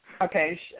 Okay